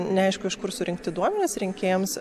neaišku iš kur surinkti duomenys rinkėjams